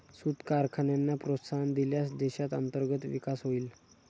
सूत कारखान्यांना प्रोत्साहन दिल्यास देशात अंतर्गत विकास होईल